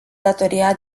datoria